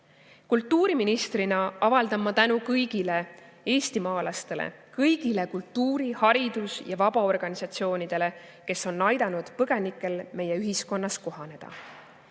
Kultuuriministrina avaldan ma tänu kõigile eestimaalastele, kõigile kultuuri-, haridus- ja vabaorganisatsioonidele, kes on aidanud põgenikel meie ühiskonnas kohaneda.